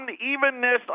unevenness